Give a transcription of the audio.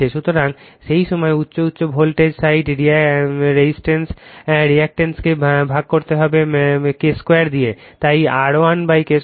সুতরাং সেই সময়ে উচ্চ উচ্চ ভোল্টেজ সাইড রেজিস্ট্যান্স রিঅ্যাক্ট্যান্সকে ভাগ করতে হবে K 2 তাই R1 K 2